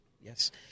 yes